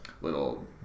little